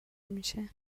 میشه